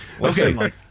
Okay